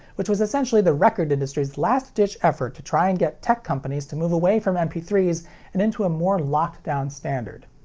which was essentially the record industry's last ditch effort to try and get tech companies to move away from m p three s and into a more locked down standard.